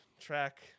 track